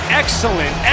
excellent